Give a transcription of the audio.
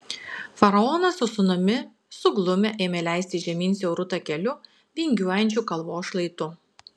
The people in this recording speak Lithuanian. faraonas su sūnumi suglumę ėmė leistis žemyn siauru takeliu vingiuojančiu kalvos šlaitu